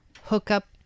hookup